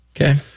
Okay